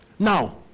Now